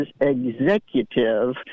executive